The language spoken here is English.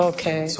Okay